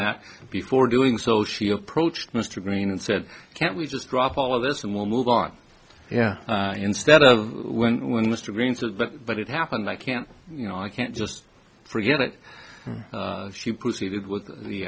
that before doing so she approached mr green and said can't we just drop all of this and we'll move on yeah instead of when mr green's but it happened i can't you know i can't just forget it she proceeded with the